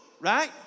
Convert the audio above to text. Right